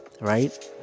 right